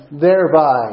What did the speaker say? thereby